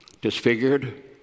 disfigured